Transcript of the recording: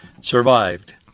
survived